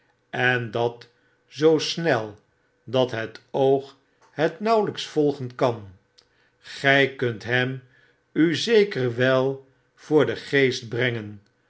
en dat zoo snel dat het oog het nauwelyks volgen kan gij kunt hem u zeker wel voor den geest brengen